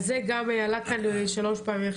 זה עלה שלוש פעמים בדיון הזה.